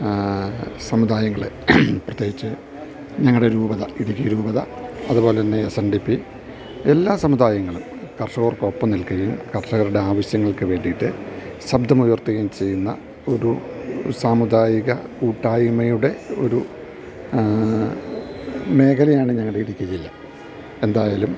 സമുദായങ്ങള് പ്രത്യേകിച്ച് ഞങ്ങളുടെ രൂപത ഇടുക്കി രൂപത അതുപോലെ തന്നെ എസ് എൻ ഡി പി എല്ലാ സമുദായങ്ങളും കർഷകർക്കൊപ്പം നിൽക്കുകയും കർഷകരുടെ ആവശ്യങ്ങൾക്ക് വേണ്ടിയിട്ട് ശബ്ദമുയർത്തുകയും ചെയ്യുന്ന ഒരു സാമുദായിക കൂട്ടായ്മയുടെ ഒരു മേഖലയാണ് ഞങ്ങളുടെ ഇടുക്കി ജില്ല എന്തായാലും